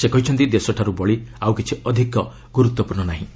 ସେ କହିଛନ୍ତି ଦେଶଠାରୁ ବଳି ଆଉ କିଛି ଅଧିକ ଗୁରୁତ୍ୱପୂର୍୍ଷ ନୁହେଁ